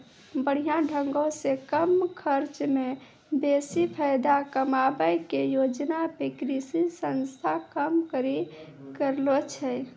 बढ़िया ढंगो से कम खर्चा मे बेसी फायदा कमाबै के योजना पे कृषि संस्थान काम करि रहलो छै